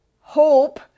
hope